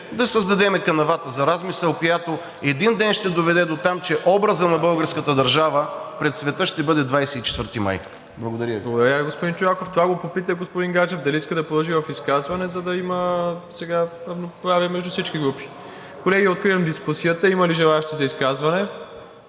да създадем канавата за размисъл, която един ден ще доведе дотам, че образът на българската държава пред света ще бъде 24 май. Благодаря Ви. ПРЕДСЕДАТЕЛ МИРОСЛАВ ИВАНОВ: Благодаря Ви, господин Чолаков. Попитах господин Гаджев дали иска да продължи в изказване, за да има равноправие между всички групи. Колеги, откривам дискусията. Има ли желаещи за изказване?